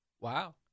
Wow